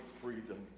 freedom